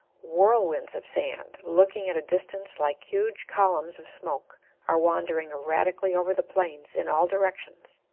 whirlwinds of sand, looking at a distance like huge columns of smoke, are wandering erratically over the plains in all directions.